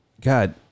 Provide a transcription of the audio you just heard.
God